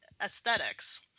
aesthetics